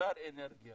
ושר אנרגיה